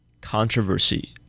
controversy